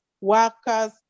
workers